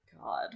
God